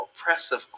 oppressive